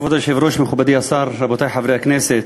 כבוד היושב-ראש, מכובדי השר, רבותי חברי הכנסת,